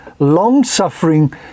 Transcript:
long-suffering